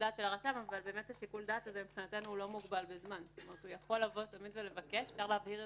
אין פה רצון לעזור לבנקים במיוחד.